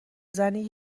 زنی